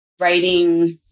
writing